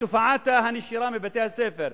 תופעת הנשירה מבתי-הספר,